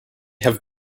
have